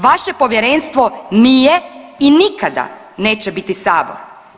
Vaše Povjerenstvo nije i nikada neće biti Sabor.